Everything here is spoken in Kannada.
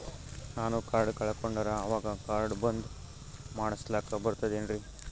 ನಾನು ಕಾರ್ಡ್ ಕಳಕೊಂಡರ ಅವಾಗ ಕಾರ್ಡ್ ಬಂದ್ ಮಾಡಸ್ಲಾಕ ಬರ್ತದೇನ್ರಿ?